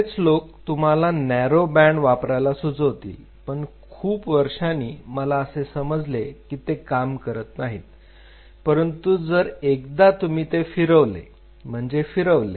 बरेच लोक तुम्हाला नेरो बँड वापरायला सुचवतील पण खूप वर्षांनी मला असे समजले की ते काम करत नाही परंतु जर एकदा तुम्ही ते फिरवले म्हणजे फिरवले